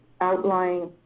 outlying